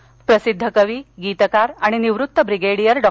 निधन प्रसिद्ध कवी गीतकार आणि निवृत्त ब्रिगेडीयर डॉ